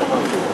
כנסת נכבדה,